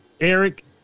Eric